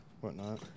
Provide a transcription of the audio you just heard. whatnot